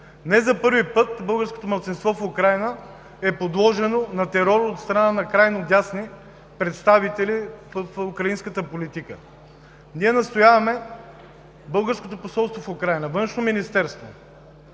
Не за първи път българското малцинство в Украйна е подложено на терор от страна на крайно десни представители в украинската политика. Ние настояваме българското посолство в Украйна, Външното министерство,